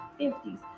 50s